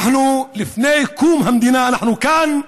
מלפני קום המדינה אנחנו כאן.